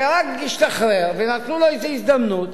שרק השתחרר ונתנו לו איזה הזדמנות